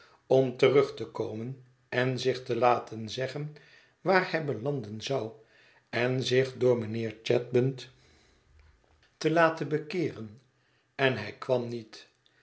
om terug te komen en zich te laten zeggen waar hij belanden zou en zich door mijnheer chadband te laten bekeeren en hij kwam niet